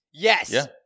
Yes